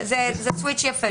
זה סוויץ' יפה.